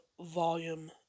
volume